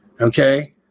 Okay